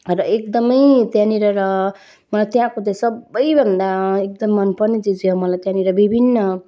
र एकदमै त्यहाँनिर र मलाई त्यहाँको चाहिँ सबैभन्दा एकदमै मनपर्ने चिज चाहिँ हो मलाई त्यहाँनिर विभिन्न